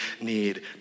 need